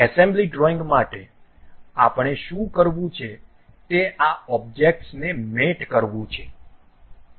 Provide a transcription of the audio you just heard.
assembly drawing માટે આપણે શું કરવું છે તે આ ઓબ્જેક્ટ્સને મેટ કરવું છે